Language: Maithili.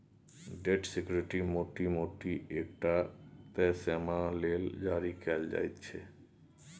डेट सिक्युरिटी मोटा मोटी एकटा तय समय लेल जारी कएल जाइत छै